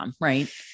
right